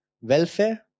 Welfare